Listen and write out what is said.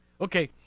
Okay